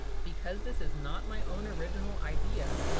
because this is not my own original idea,